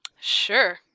Sure